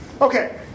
Okay